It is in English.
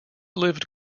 lived